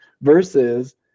versus